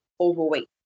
overweight